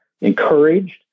encouraged